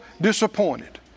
disappointed